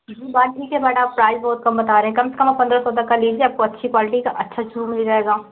लेकिन बात ठीक है बट आप प्राइस बहुत कम बता रहे कम से कम पन्द्रह सौ तक का लीजिए आपको अच्छी क्वालिटी का अच्छा शूज मिल जाएगा